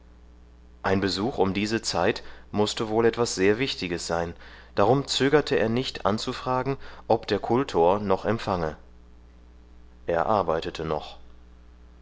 ein besuch um diese zeit mußte wohl etwas sehr wichtiges sein darum zögerte er nicht anzufragen ob der kultor noch empfange er arbeitete noch